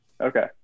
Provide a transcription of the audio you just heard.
Okay